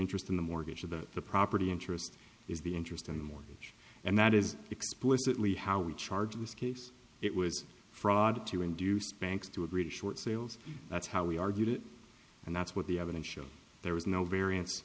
interest in the mortgage that the property interest is the interest on the mortgage and that is explicitly how we charge in this case it was fraud to induce banks to agree to short sales that's how we argued it and that's what the evidence shows there was no varian